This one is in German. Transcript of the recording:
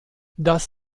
das